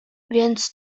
więc